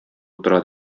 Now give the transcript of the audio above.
утыра